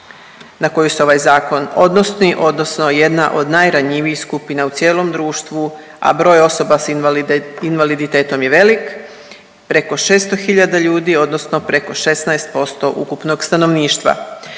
na koju se ovaj zakon odnosi odnosno jedna od najranjivijih skupina u cijelom društvu, a broj osoba s invaliditetom je velik, preko 600 hiljada ljudi odnosno preko 16% ukupnog stanovništva.